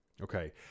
Okay